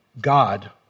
God